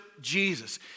Jesus